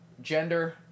Gender